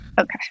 Okay